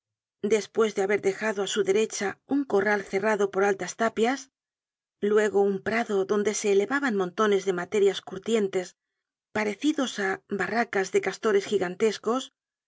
despues de haber dejado á su derecha un corral cerrado por altas tapias luego un prado donde se elevaban montones de materias curtientes parecidos á barracas de castores gigantescos